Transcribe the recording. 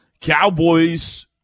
Cowboys